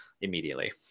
immediately